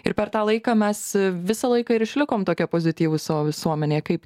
ir per tą laiką mes visą laiką ir išlikom tokie pozityvūs savo visuomenėje kaip